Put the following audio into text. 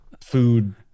food